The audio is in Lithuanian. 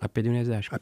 apie devyniasdešim